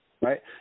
Right